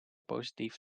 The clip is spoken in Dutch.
positief